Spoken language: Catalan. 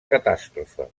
catàstrofe